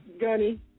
Gunny